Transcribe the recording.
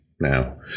now